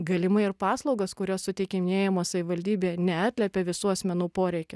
galimai ir paslaugos kurios suteikinėjamos savivaldybėje neatliepia visų asmenų poreikio